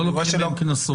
לא לוקחים מהם קנסות.